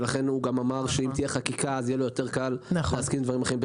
ואת האמירה שאם תהיה חקיקה יהיה לו יותר קל להסכים גם לדברים אחרים.